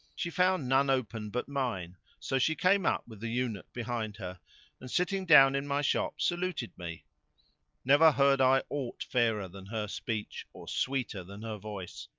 she found none open but mine so she came up with the eunuch behind her and sitting down in my shop saluted me never heard i aught fairer than her speech or sweeter than her voice.